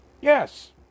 Yes